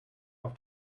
auf